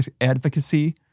advocacy